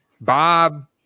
bob